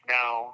now